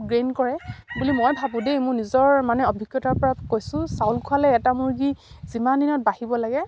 gain কৰে বুলি মই ভাবোঁ দেই মোৰ নিজৰ মানে অভিজ্ঞতাৰ পৰা কৈছোঁ চাউল খোৱালে এটা মুৰ্গী যিমান দিনত বাঢ়িব লাগে